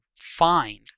find